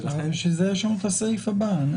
ולכן --- בשביל זה יש לנו את הסעיף הבא.